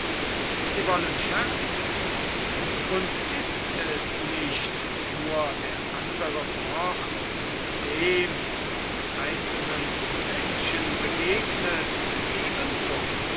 sie wollen scherzen und ist es nicht fuhr der andere fort mit dem was einzelnen menschen begegnet ebenso